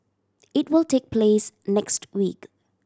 it will take place next week